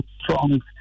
strong